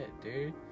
dude